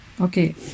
okay